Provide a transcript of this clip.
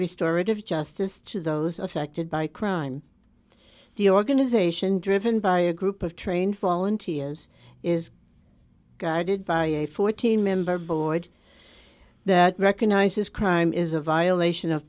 restored of justice to those affected by crime the organization driven by a group of trained fallen tia's is guided by a fourteen member board that recognizes crime is a violation of